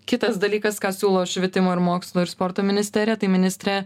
kitas dalykas ką siūlo švietimo ir mokslo ir sporto ministerija tai ministrė